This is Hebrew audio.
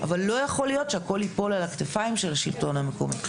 אבל לא יכול להיות שהכול ייפול על הכתפיים של השלטון המקומי.